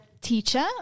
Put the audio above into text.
teacher